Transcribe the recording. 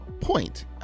point